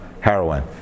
heroin